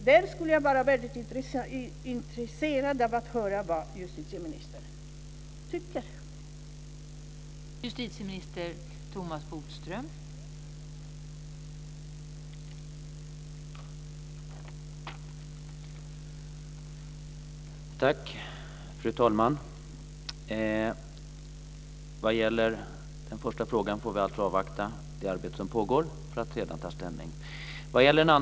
Det skulle vara väldigt intressant att höra vad justitieministern tycker om detta.